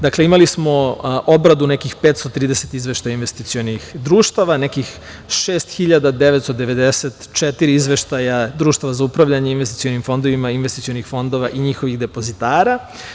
Dakle, imali smo obradu nekih 530 izveštaja investicionih društava, nekih 6.994 izveštaja Društva za upravljanje investicionim fondovima – investicionih fondova i njihovih depozitara.